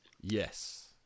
yes